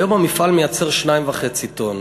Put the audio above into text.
והיום המפעל מייצר 2.5 טונות.